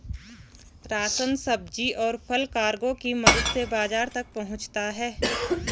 ration, सब्जी, और फल कार्गो की मदद से बाजार तक पहुंचता है